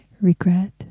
Regret